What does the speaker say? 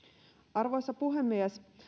arvoisa puhemies